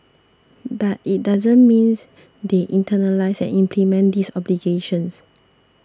but it doesn't mean they internalise and implement these obligations